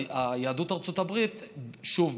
יהדות ארצות הברית שוב,